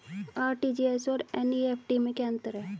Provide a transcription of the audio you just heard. RTGS और NEFT में क्या अंतर है?